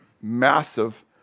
massive